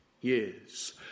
years